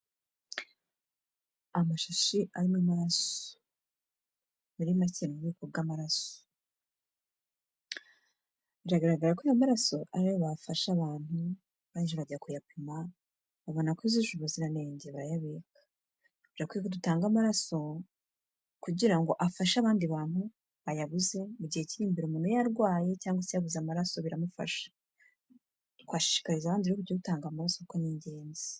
Amashi arimo amaraso. Muri make ni ubwoko bw'amaraso. Biragaragara ko ayo maraso, ari ayo bafashe abantu, barangije bajya kuyapima, babona ko yujuje ubuziranenge barayabika. Birakwiye ko dutanga amaraso kugira ngo afashe abandi bantu, bayabuze mu gihe kiri imbere, umuntu yarwaye cyangwa se yabuze amaraso biramufasha. Twashishikariza abandi rero kujya dutanga amaraso kuko ni igenzi.